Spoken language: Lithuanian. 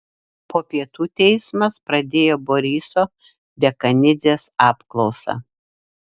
po pietų teismas pradėjo boriso dekanidzės apklausą